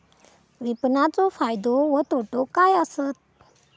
विपणाचो फायदो व तोटो काय आसत?